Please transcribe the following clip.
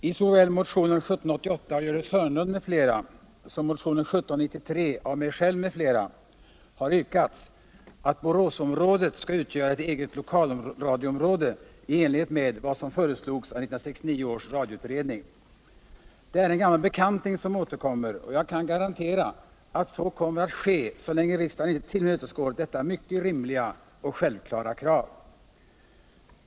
Det är en gammal bekanting som nu återkommer, och jag kan garantera utt så kommer att ske så länge riksdagen inte tillmötesgår detta mycket rimliga och självklara krav.